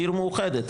כעיר מאוחדת,